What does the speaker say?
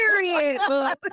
Period